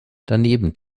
daneben